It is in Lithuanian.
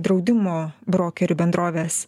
draudimo brokerių bendrovės